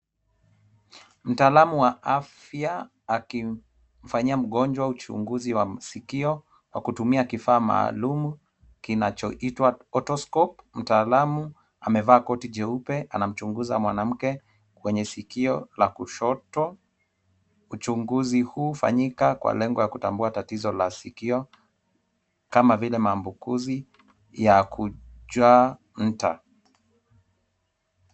Mtaalamu wa afya akimfanyia mgonjwa uchunguzi wa sikio kwa kutumia kifaa maalumu kinachoitwa otoscope mtaalamu amevaa koti jeupe anamchunguza mwanamke kwenye sikio la kushoto. Uchunguzi huu hufanyika kwa lengo ya kutambua tatizo la sikio kama vile maambukizi ya kujaa nta.